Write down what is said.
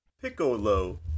Piccolo